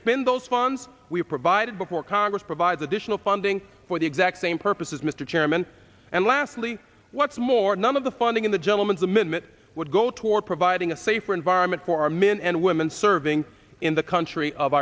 expand those funds we provided before congress provides additional funding for the exact same purposes mr chairman and lastly what's more none of the funding in the gentlemen's the minute would go toward providing a safer environment for our men and women serving in the country of